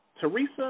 Teresa